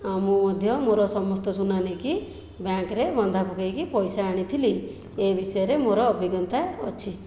ଆଉ ମୁଁ ମଧ୍ୟ ମୋର ସମସ୍ତ ସୁନା ନେଇକି ବ୍ୟାଙ୍କ୍ରେ ବନ୍ଧା ପକାଇକି ପଇସା ଆଣିଥିଲି ଏ ବିଷୟରେ ମୋର ଅଭିଜ୍ଞତା ଅଛି